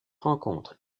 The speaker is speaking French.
rencontre